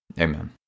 Amen